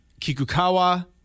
Kikukawa